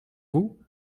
vous